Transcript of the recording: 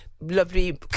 lovely